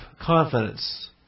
confidence